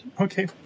Okay